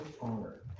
honor